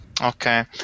Okay